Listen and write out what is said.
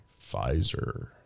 Pfizer